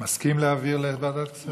אתה מסכים להעביר לוועדת הכספים?